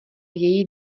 její